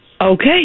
Okay